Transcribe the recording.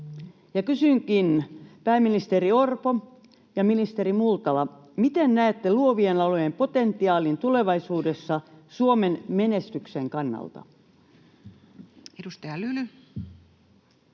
Kysynkin, pääministeri Orpo ja ministeri Multala: miten näette luovien alojen potentiaalin tulevaisuudessa Suomen menestyksen kannalta? Edustaja Lyly.